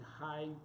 high